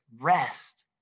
rest